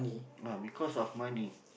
ah because of money